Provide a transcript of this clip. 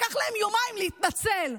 לקח להם יומיים להתנצל.